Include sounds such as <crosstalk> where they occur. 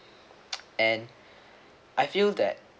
<noise> and I feel that